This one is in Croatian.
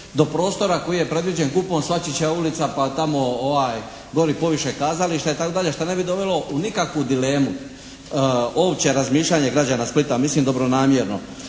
do prostora koji je predviđen GUP-om Svačićeva ulica pa tamo gori poviše kazališta itd. šta ne bi dovelo u nikakvu dilemu opće razmišljanje grada Splita, mislim dobronamjerno.